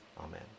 Amen